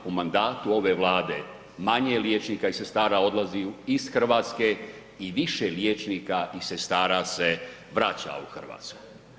U mandatu ove Vlade manje liječnika i sestara odlazi iz Hrvatske i više liječnika i sestara se vraća u Hrvatsku.